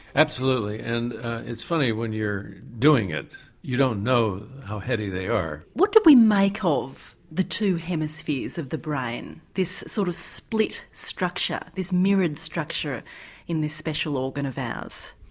absolutely, and it's funny, when you're doing it you don't know how heady they are. what do we make ah of the two hemispheres of the brain, this sort of split structure, this mirrored structure in this special organ of ours?